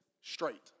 straight